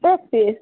एक पीस